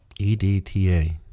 EDTA